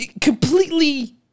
completely